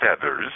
feathers